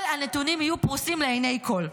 כל הנתונים יהיו פרוסים לעיני כול.